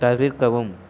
தவிர்க்கவும்